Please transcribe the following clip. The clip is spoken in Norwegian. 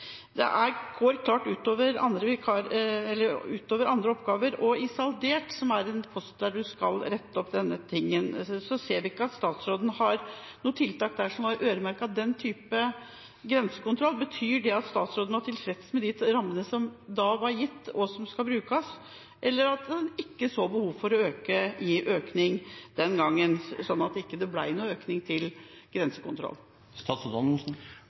andre oppgaver. I saldert budsjett, som har en post der en kan rette opp dette, så vi ikke at statsråden hadde noen tiltak som var øremerket for den type grensekontroll. Betyr det at statsråden var tilfreds med de rammene som da var gitt, og som skulle brukes, eller så en ikke behov for økning den gangen, sånn at det ikke ble noen økning til